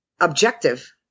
objective